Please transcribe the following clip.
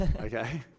okay